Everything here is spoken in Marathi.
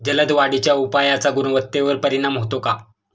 जलद वाढीच्या उपायाचा गुणवत्तेवर परिणाम होतो का?